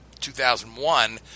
2001